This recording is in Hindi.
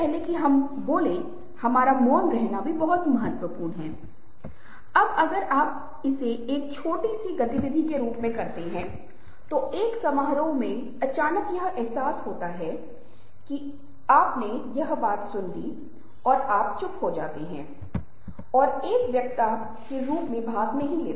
तो ये लोग बोलने में बहुत अच्छे होते हैं भाषा पर इनकी बहुत अच्छी कमांड होती है ये सक्षम होते हैं ये एक अच्छी बयानबाजी करते हैं बोलने की कला का विकास करते हैं और इन्हें लोगों के साथ बहुत जानकारी होती है और जब भी मौका मिलता है वे मज़े लेते हैं